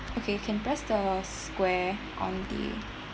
okay can press the square on the